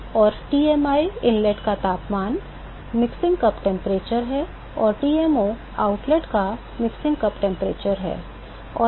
और Tmi inlet का तापमान मिश्रण कप तापमान है और Tmo आउटलेट का मिश्रण कप तापमान है